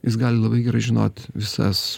jis gali labai gerai žinot visas